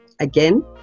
again